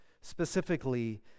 specifically